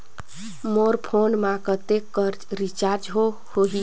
मोर phone मा कतेक कर रिचार्ज हो ही?